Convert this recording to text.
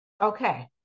Okay